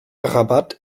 rabat